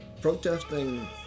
protesting